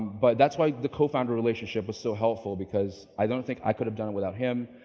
but that's why the co-founder relationship was so helpful, because i don't think i could have done it without him.